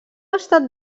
estat